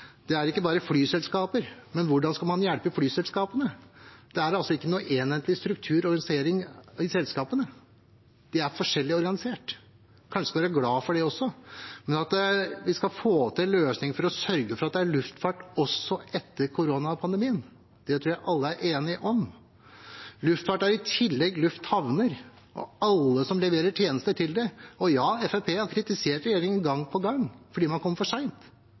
Det er ikke bare flyselskaper. Men hvordan skal man hjelpe flyselskapene? Det er ikke noen enhetlig struktur og organisering i selskapene. De er forskjellig organisert. Vi skal kanskje være glad for det også. Men at vi skal få til en løsning for å sørge for at det er luftfart også etter koronapandemien, det tror jeg alle er enige om. Luftfart er i tillegg lufthavner og alle som leverer tjenester til dem. Og ja, Fremskrittspartiet har kritisert regjeringen gang på gang fordi man kom for